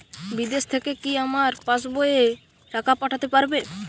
বিদেশ থেকে কি আমার পাশবইয়ে টাকা পাঠাতে পারবে?